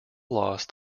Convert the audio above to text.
lost